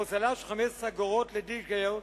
והוזלה ל-15 אגורות לליטר,